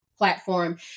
platform